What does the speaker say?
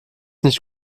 nicht